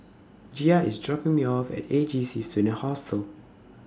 Gia IS dropping Me off At A J C Student Hostel